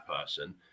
person